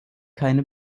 keine